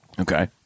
Okay